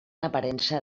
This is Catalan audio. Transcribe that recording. aparença